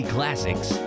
Classics